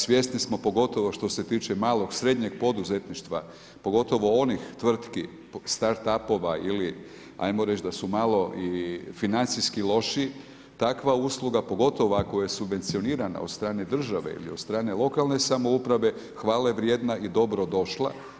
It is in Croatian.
Svjesni smo pogotovo što se tiče malog, srednjeg poduzetništva pogotovo onih tvrtki start up-ova ili ajmo reći da su malo financijski loši, takva usluga pogotovo ako je subvencionirana od strane države ili od strane lokalne samouprave, hvale vrijedna i dobrodošla.